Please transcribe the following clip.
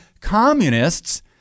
communists